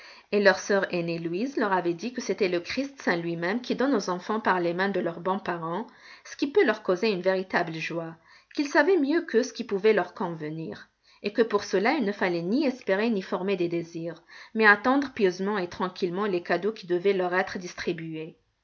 et leur sœur aînée louise leur avait dit que c'était le christ saint lui-même qui donne aux enfants par les mains de leurs bons parents ce qui peut leur causer une véritable joie qu'il savait mieux qu'eux ce qui pouvait leur convenir et que pour cela il ne fallait ni espérer ni former des désirs mais attendre pieusement et tranquillement les cadeaux qui devaient leur être distribués